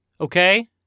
okay